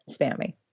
spammy